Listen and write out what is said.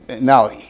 now